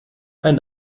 ein